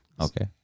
Okay